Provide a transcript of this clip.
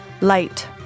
Light